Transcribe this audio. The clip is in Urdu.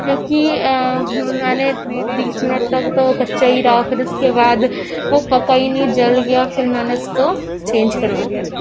کیونکہ میں نے بیس منٹ تک تو کچا ہی رہا پھر اس کے بعد وہ پکا ہی نہیں جل گیا پھر میں نے اس کو چینج کروا دیا تھا